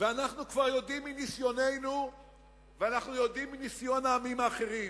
ואנחנו כבר יודעים מניסיוננו ואנחנו יודעים מניסיון העמים האחרים,